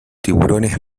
tiburones